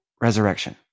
resurrection